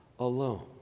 Alone